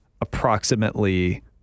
approximately